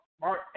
Mark